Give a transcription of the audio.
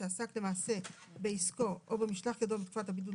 שעסק למעשה בעסקו או במשלח ידו בתקופת הבידוד,